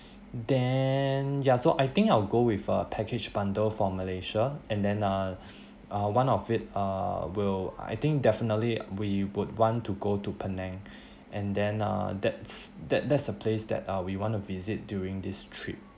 then ya so I think I will go with a package bundle for malaysia and then uh uh one of it uh will I think definitely we would want to go to penang and then uh that's that that's a place that uh we want to visit during this trip